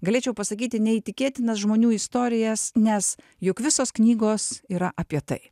galėčiau pasakyti neįtikėtinas žmonių istorijas nes juk visos knygos yra apie tai